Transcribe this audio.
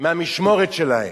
מהמשמורת שלהם,